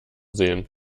sehen